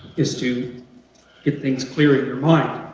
is to get things clear in your mind.